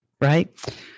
right